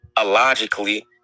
illogically